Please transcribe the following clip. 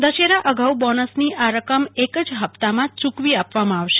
દશેરા અગાઉ બોનસની આ રકમ એક જ હપ્તામાં યુકવી આપવામાં આવશે